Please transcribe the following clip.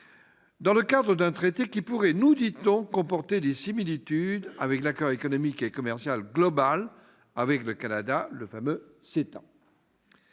dans un traité qui pourrait, nous dit-on, comporter des similitudes avec l'accord économique et commercial global avec le Canada, le fameux CETA.